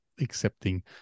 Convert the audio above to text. accepting